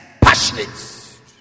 passionate